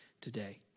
today